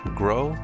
grow